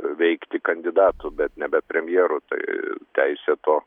veikti kandidatu bet nebe premjeru tai teisė to